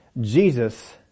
Jesus